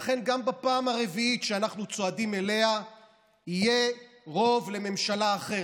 לכן גם בפעם הרביעית שאנחנו צועדים אליה יהיה רוב לממשלה אחרת,